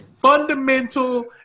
fundamental